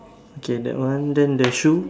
okay that one then the shoe